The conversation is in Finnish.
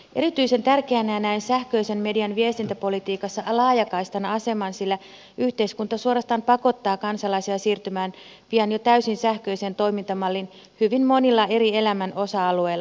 erityisen tärkeänä näen sähköisen median viestintäpolitiikassa laajakaistan aseman sillä yhteiskunta suorastaan pakottaa kansalaisia siirtymään pian jo täysin sähköiseen toimintamalliin hyvin monilla eri elämän osa alueilla